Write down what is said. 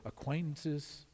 acquaintances